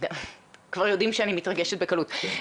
כבר יודעים שאני מתרגשת בקלות.